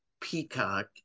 peacock